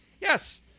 yes